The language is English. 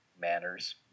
manners